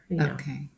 okay